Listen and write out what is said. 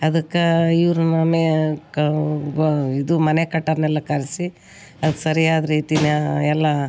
ಅದಕ್ಕೆ ಇವರು ಇದು ಮನೆ ಕಟ್ಟೋರನ್ನೆಲ್ಲ ಕರೆಸಿ ಅದು ಸರಿಯಾದ ರೀತಿನ ಎಲ್ಲ